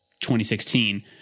2016